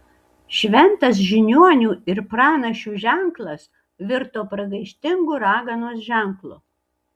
šventas žiniuonių ir pranašių ženklas virto pragaištingu raganos ženklu